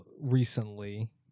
recently